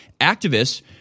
Activists